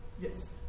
Yes